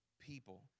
people